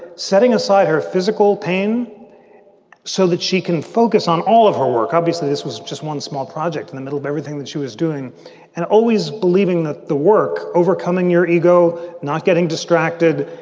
setting aside her physical pain so that she can focus on all of her work. obviously, this was just one small project in the middle of everything that she was doing and always believing that the work, overcoming your ego, not getting distracted,